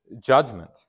judgment